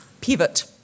Pivot